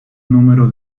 número